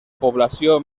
població